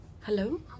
Hello